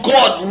God